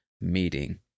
meeting